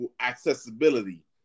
accessibility